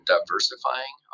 diversifying